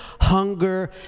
hunger